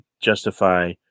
justify